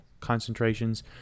concentrations